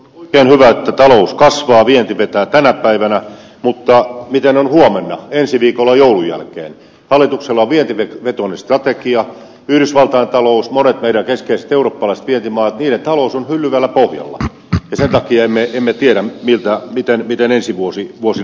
kengillä tytön kasvaa vienti vetää tänä päivänä mutta niiden on huomenna ensi viikolla joulun jälkeen valituksella tietenkin vetolistat kaikkia yhdysvaltain talousmallin joiden keskeiset eurooppalaiset jäsenmaat niiden talous on hyllyvällä pohjalla ja sen takia me emme tiedä miltä itä miten ensi vuosi vuosi